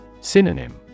Synonym